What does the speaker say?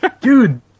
Dude